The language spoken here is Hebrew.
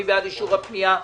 מי בעד אישור הפנייה,